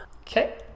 Okay